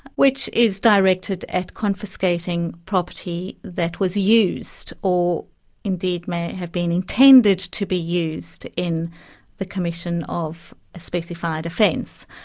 which is directed at confiscating property that was used, or indeed may have been intended to be used in the commission of a specified offence.